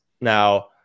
Now